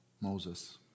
Moses